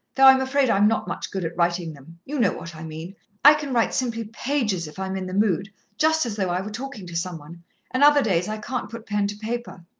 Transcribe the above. though i'm afraid i'm not much good at writing them. you know what i mean i can write simply pages if i'm in the mood just as though i were talking to some one and other days i can't put pen to paper.